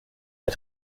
der